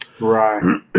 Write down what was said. Right